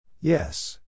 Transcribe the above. Yes